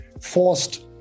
forced